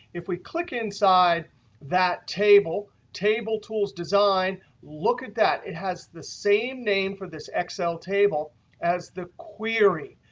if we click inside that table table tools design look at that. it has the same name for this excel table as the query.